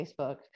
facebook